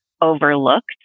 overlooked